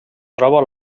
troba